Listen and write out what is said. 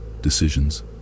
decisions